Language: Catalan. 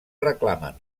reclamen